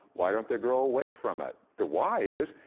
why don't they grow away from it? the why is,